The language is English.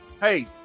hey